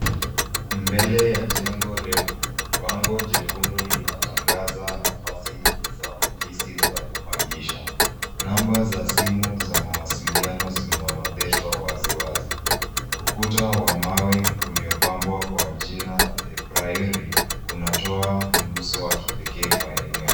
Mbele ya jengo refu, bango jekundu linatangaza nafasi za ofisi za kupangisha. Namba za simu za mawasiliano zimeorodheshwa waziwazi. Ukuta wa mawe uliopambwa kwa jina The Priory unatoa mguso wa kipekee kwa eneo.